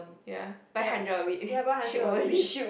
ya buy hundred of it ship overseas